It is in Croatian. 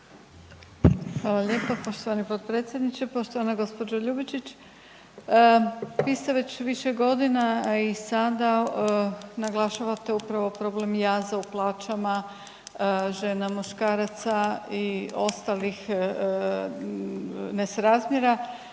Hvala lijepa poštovani potpredsjedniče. Poštovana gospođo Ljubičić. Vi već više godina i sada naglašavate upravo problem jaza u plaćama žena-muškaraca i ostalih nesrazmjera,